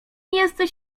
jesteś